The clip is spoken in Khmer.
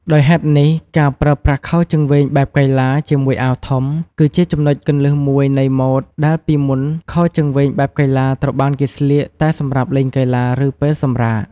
ដោយហេតុនេះ ការប្រើប្រាស់ខោជើងវែងបែបកីឡា ជាមួយអាវធំ គឺជាចំណុចគន្លឹះមួយនៃម៉ូដដែលពីមុនខោជើងវែងបែបកីឡាត្រូវបានគេស្លៀកតែសម្រាប់លេងកីឡា ឬពេលសម្រាក។